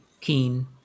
Keen